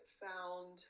found